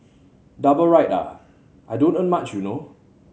double ride ah I don't earn much you know